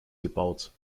gebaut